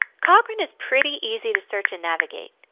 cochrane is pretty easy to search and navigate.